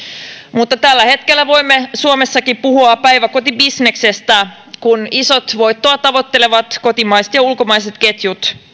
mutta tällä hetkellä voimme suomessakin puhua päiväkotibisneksestä kun isot voittoa tavoittelevat kotimaiset ja ulkomaiset ketjut